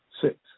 Six